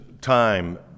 time